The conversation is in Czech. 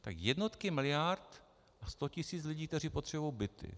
Tak jednotky miliard a sto tisíc lidí, kteří potřebují byty.